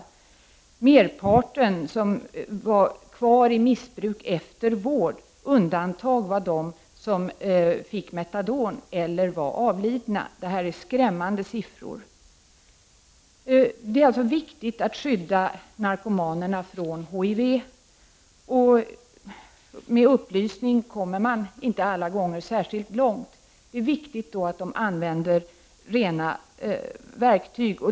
Flertalet av dessa var fortfarande efter vård missbrukare. Undantag var de som fick metadon eller hade avlidit. Detta är skrämmande siffror. Det är viktigt att skydda narkomanerna från HIV. Med upplysning kommer man inte alla gånger särskilt långt. Det är viktigt att de använder rena verktyg.